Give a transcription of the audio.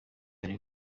hari